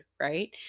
right